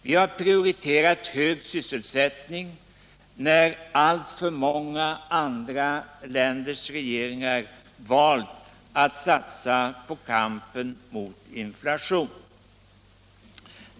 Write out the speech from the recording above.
Vi har prioriterat hög sysselsättning när alltför många andra länders regeringar valt att satsa på kampen mot in Nation.